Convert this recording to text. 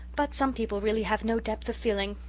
but some people really have no depth of feeling.